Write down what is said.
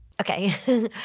Okay